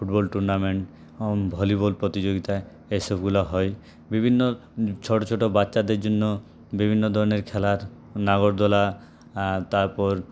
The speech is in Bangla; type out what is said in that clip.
ফুটবল টুর্নামেন্ট ভলিবল প্রতিযোগিতা এসবগুলো হয় বিভিন্ন ছোটো ছোটো বাচ্চাদের জন্য বিভিন্ন ধরনের খেলার নাগরদোলা তারপর